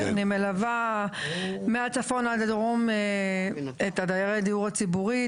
אני מלווה מהצפון עד הדרום את דיירי הדיור הציבורי,